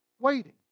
waiting